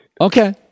Okay